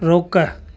रोकु